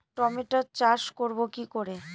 টমেটোর চাষ করব কি করে?